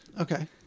Okay